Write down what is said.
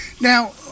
Now